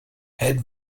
head